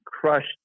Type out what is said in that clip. crushed